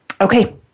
Okay